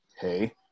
hey